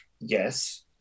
Yes